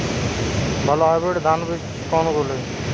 ভালো হাইব্রিড ধান বীজ কোনগুলি?